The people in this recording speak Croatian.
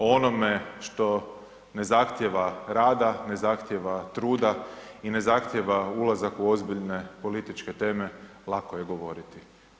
O onome što ne zahtijeva rada, što ne zahtijeva truda i ne zahtijeva ulazak u ozbiljne političke teme lako je govoriti.